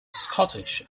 scottish